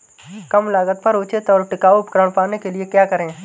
कम लागत पर उचित और टिकाऊ उपकरण पाने के लिए क्या करें?